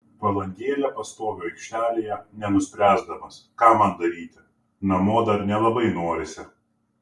valandėlę pastoviu aikštelėje nenuspręsdamas ką man daryti namo dar nelabai norisi